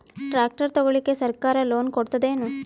Tractor ತಗೊಳಿಕ ಸರ್ಕಾರ loan ಕೊಡತದೇನು?